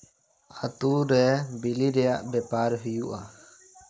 ᱟᱛᱳᱨᱮ ᱵᱤᱞᱤ ᱨᱮᱭᱟᱜ ᱵᱮᱯᱟᱨ ᱦᱩᱭᱩᱜᱼᱟ